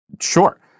Sure